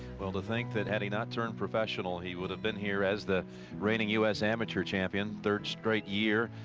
well, to think that had he not turned professional, he would've been here as the reigning us amateur champion. third straight year.